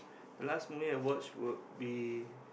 last movie I watch would be